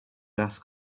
ask